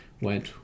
went